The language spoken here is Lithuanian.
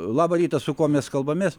labą rytą su kuo mes kalbamės